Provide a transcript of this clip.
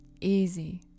Easy